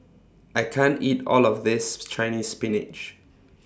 I can't eat All of This Chinese Spinach